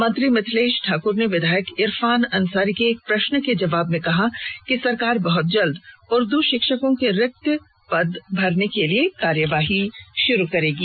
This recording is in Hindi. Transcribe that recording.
मंत्री मिथलेश ठाकुर ने विधायक इरफान अंसारी की एक प्रश्न के जबाब में कहा कि सरकार बहुत जल्द उर्दू शिक्षकों के रिक्त पद भरने के लिए कार्रवाई शुरू करेगी